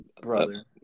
brother